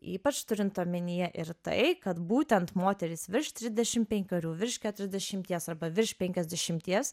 ypač turint omenyje ir tai kad būtent moterys virš trisdešim penkerių virš keturiasdešimties arba virš penkiasdešimties